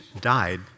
died